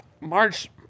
March